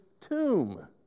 tomb